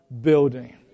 building